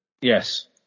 Yes